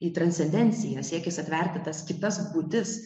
į transcendenciją siekis atverti tas kitas būtis